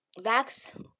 vax